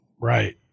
Right